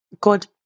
God